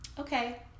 okay